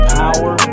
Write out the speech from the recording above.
power